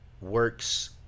works